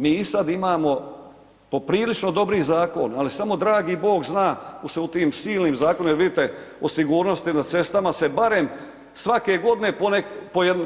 Mi i sad imamo poprilično dobrih zakona, ali samo dragi Bog zna se u tim silnim zakonima, jer vidite o sigurnosti na cestama se barem svake godine